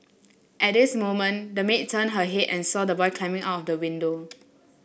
at this moment the maid turned her head and saw the boy climbing out of the window